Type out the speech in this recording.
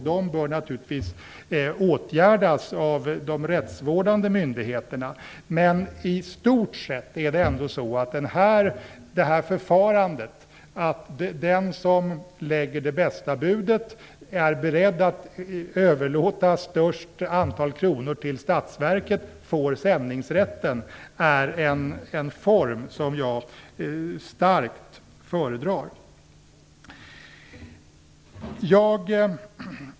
Det bör naturligtvis åtgärdas av de rättsvårdande myndigheterna. I stort sett är ändå detta förfarande, att den som lägger det bästa budet och är beredd att överlåta störst antal kronor till statsverket får sändningsrätten, en form som jag starkt föredrar.